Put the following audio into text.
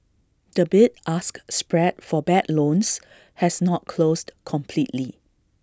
the bid ask spread for bad loans has not closed completely